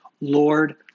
Lord